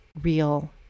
real